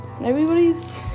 everybody's